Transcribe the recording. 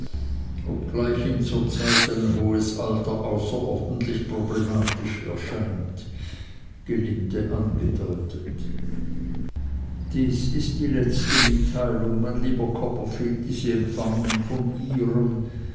obgleich ihm zur zeit ein hohes alter außerordentlich problematisch erscheint gelinde angedeutet dies ist die letzte mitteilung mein lieber copperfield die sie empfangen von ihrem